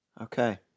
Okay